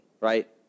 right